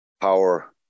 power